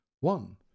one